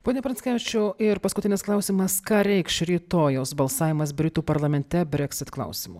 pone pranckevičiau ir paskutinis klausimas ką reikš rytojaus balsavimas britų parlamente breksit klausimu